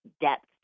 depth